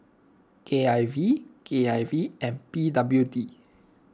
K I V K I V and P W D